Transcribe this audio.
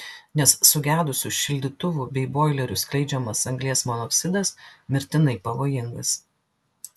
nes sugedusių šildytuvų bei boilerių skleidžiamas anglies monoksidas mirtinai pavojingas